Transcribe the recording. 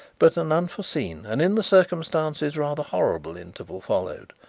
but an unforeseen and in the circumstances rather horrible interval followed,